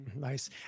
Nice